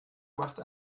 macht